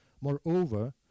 Moreover